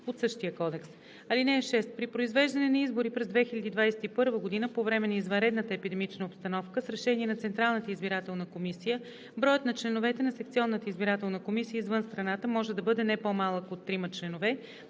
от същия кодекс. (6) При произвеждане на избори през 2021 г. по време на извънредна епидемична обстановка с решение на Централната избирателна комисия броят на членовете на секционна избирателна комисия извън страната може да бъде не по-малко от трима членове,